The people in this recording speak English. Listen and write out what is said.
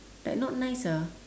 like not nice ah